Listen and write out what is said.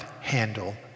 handle